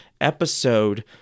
episode